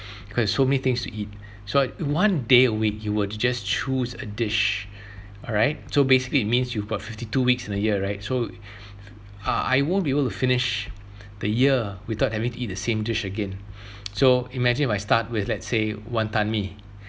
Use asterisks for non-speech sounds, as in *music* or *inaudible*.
*breath* because so many things to eat *breath* so if one day a week you were to just choose a dish *breath* alright so basically it means you've got fifty two weeks in a year right so *breath* I I won't be able to finish *breath* the year without having to eat the same dish again *breath* *noise* so imagine if I start with let's say wanton mee *breath*